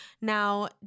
Now